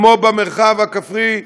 כמו במרחב הכפרי,